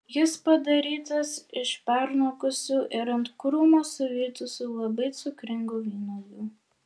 jis padarytas iš pernokusių ir ant krūmo suvytusių labai cukringų vynuogių